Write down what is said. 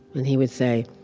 and he'd say,